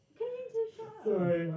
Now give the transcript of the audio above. Sorry